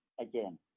again